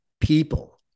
people